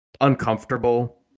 uncomfortable